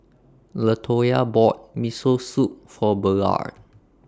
Latoya bought Miso Soup For Ballard